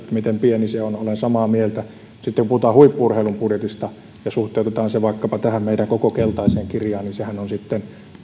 valtion budjettiin että miten pieni se on olen samaa mieltä sitten kun puhutaan huippu urheilun budjetista ja suhteutetaan se vaikkapa tähän meidän koko keltaiseen kirjaan niin sehän on sitten